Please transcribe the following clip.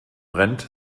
brennt